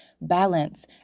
Balance